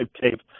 tape